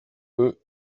eux